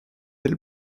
elle